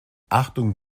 achtung